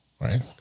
Right